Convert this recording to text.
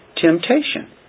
temptation